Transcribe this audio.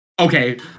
Okay